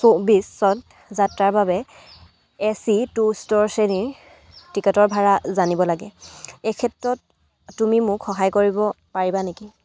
চৌবিছত যাত্ৰাৰ বাবে এ চি টু স্তৰ শ্ৰেণীৰ টিকটৰ ভাড়া জানিব লাগে এইক্ষেত্ৰত তুমি মোক সহায় কৰিব পাৰিবা নেকি